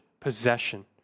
possession